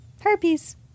Herpes